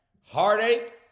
heartache